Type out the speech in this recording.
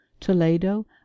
toledo